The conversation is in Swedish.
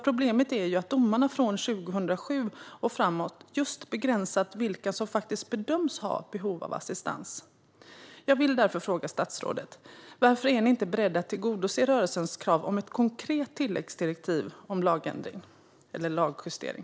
Problemet är ju att domarna från 2007 och framåt just begränsat vilka som faktiskt bedöms ha behov av assistans. Jag vill därför fråga statsrådet: Varför är ni inte beredda att tillgodose rörelsens krav på ett konkret tilläggsdirektiv om lagändring eller lagjustering?